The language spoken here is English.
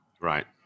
Right